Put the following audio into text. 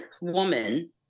woman